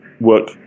work